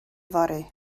fory